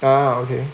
ah okay